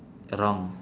wrong